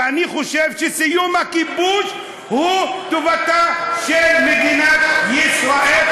ואני חושב שסיום הכיבוש הוא טובתה של מדינת ישראל,